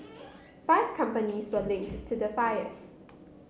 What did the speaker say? five companies were linked to the fires